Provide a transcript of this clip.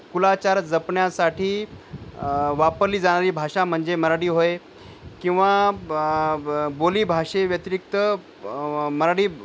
कुलाचार जपण्यासाठी वापरली जाणारी भाषा म्हणजे मराठी होय किंवा बोलीभाषेव्यतिरिक्त मराठी